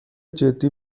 جدی